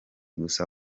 gusa